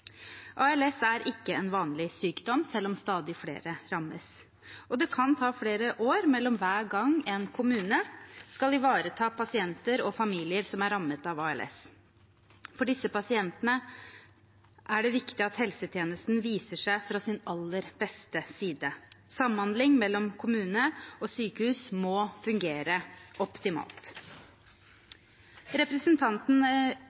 ALS er ikke en vanlig sykdom, selv om stadig flere rammes, og det kan ta flere år mellom hver gang en kommune skal ivareta pasienter og familier som er rammet av ALS. For disse pasientene er det viktig at helsetjenesten viser seg fra sin aller beste side. Samhandling mellom kommune og sykehus må fungere